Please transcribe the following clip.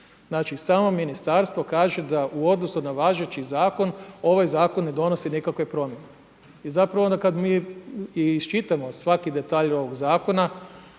Znači samo ministarstvo kaže da u odnosu na važeći zakon ovaj zakon ne donosi nikakve promjene. I zapravo onda kada mi isčitao i svaki detalj ovog zakona,